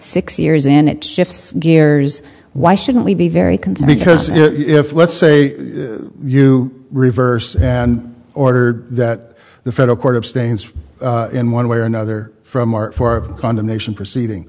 six years in it shifts gears why shouldn't we be very concerned because if let's say you reverse order that the federal court abstained in one way or another from art for condemnation proceeding